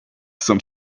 some